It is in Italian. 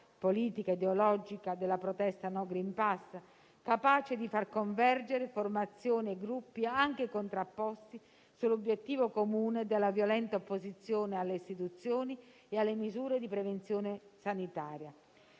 politico-ideologica della protesta no *green pass*, capace di far convergere formazioni e gruppi anche contrapposti sull'obiettivo comune della violenta opposizione alle istituzioni e alle misure di prevenzione sanitaria.